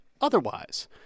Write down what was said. otherwise